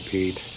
Pete